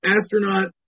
Astronaut